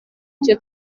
icyo